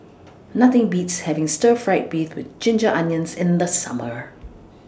Nothing Beats having Stir Fried Beef with Ginger Onions in The Summer